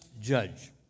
judge